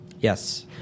Yes